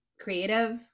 creative